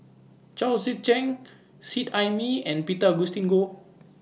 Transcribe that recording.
Chao Tzee Cheng Seet Ai Mee and Peter Augustine Goh